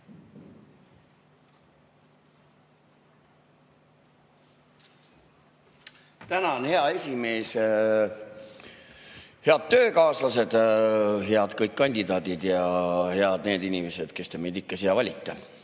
Tänan, hea esimees! Head töökaaslased, kõik kandidaadid, ja head inimesed, kes te meid siia valite!